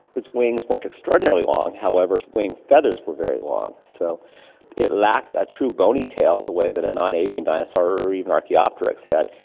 its wings weren't extraordinarily long, however its wing feathers were very long. so it lacked a true bony tail the way that a non-avian dinosaur or even archaeopteryx had,